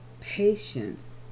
Patience